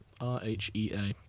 R-H-E-A